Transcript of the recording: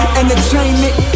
Entertainment